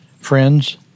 friends